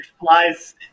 flies